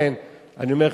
לכן אני אומר,